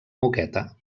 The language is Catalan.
moqueta